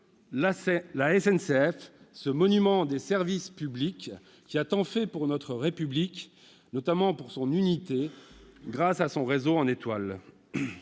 la SNCF, ce monument des services publics qui a tant fait pour notre République, notamment pour son unité, grâce à son réseau en étoile.